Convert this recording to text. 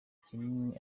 kinini